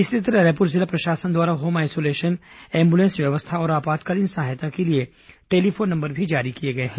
इसी तरह रायपुर जिला प्रशासन द्वारा होम आइसोलेशन एम्बुलेंस व्यवस्था और आपातकालीन सहायता के लिए टेलीफोन नंबर भी जारी किए गए हैं